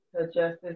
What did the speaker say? Justice